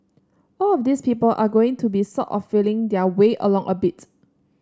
all of these people are going to be sort of feeling their way along a bit